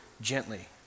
gently